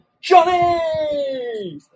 Johnny